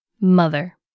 mother